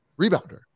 rebounder